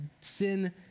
sin